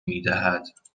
میدهد